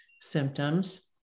symptoms